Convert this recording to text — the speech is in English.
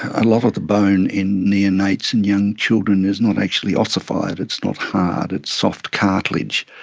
a lot of the bone in neonates and young children is not actually ossified, it's not hard, it's soft cartilage.